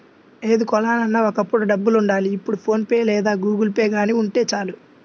ఏది కొనాలన్నా ఒకప్పుడు డబ్బులుండాలి ఇప్పుడు ఫోన్ పే లేదా గుగుల్పే గానీ ఉంటే చాలు